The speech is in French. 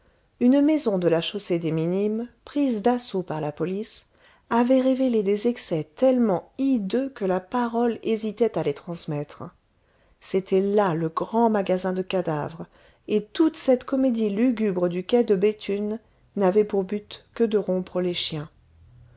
une maison de la chaussée des minimes prise d'assaut par la police avait révélé des excès tellement hideux que la parole hésitait à les transmettre c'était là le grand magasin de cadavres et toute cette comédie lugubre du quai de béthune n'avait pour but que de rompre les chiens